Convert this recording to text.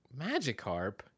Magikarp